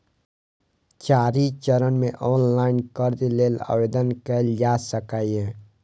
चारि चरण मे ऑनलाइन कर्ज लेल आवेदन कैल जा सकैए